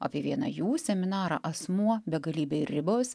apie vieną jų seminarą asmuo begalybei ribos